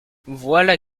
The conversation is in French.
voilà